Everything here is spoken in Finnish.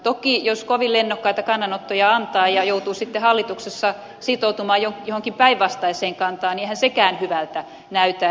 toki jos kovin lennokkaita kannanottoja antaa ja joutuu sitten hallituksessa sitoutumaan johonkin päinvastaiseen kantaan niin eihän sekään hyvältä näytä